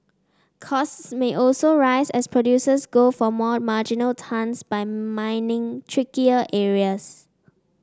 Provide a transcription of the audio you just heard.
costs may also rise as producers go for more marginal tons by mining trickier areas